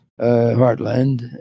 Heartland